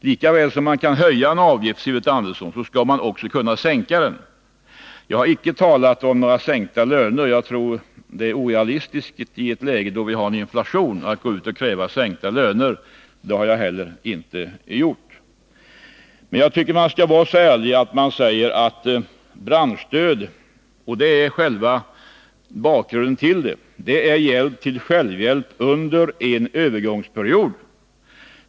Lika väl som man kan höja en avgift, Sivert Andersson, så skall man också kunna sänka den. Jag har icke talat om sänkta löner. Jag tycker det är orealistiskt i ett läge då vi har en inflation att gå ut och kräva sänkta löner. Det har jag inte heller gjort. Men jag tycker att man skall vara så ärlig att man säger att branschstödet — och det är själva bakgrunden — är hjälp till självhjälp under en övergångsperiod.